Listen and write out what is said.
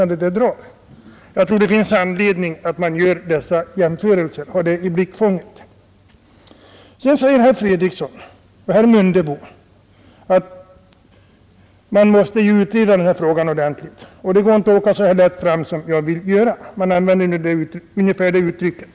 Det finns anledning att göra dessa jämförelser och ha dem i blickpunkten. Herr Fredriksson och herr Mundebo säger att frågan måste utredas ordentligt och att det inte går att åka så lätt fram som jag vill göra — de använde ungefär det uttrycket.